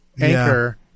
anchor